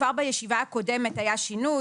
כבר בישיבה הקודמת היה שינוי.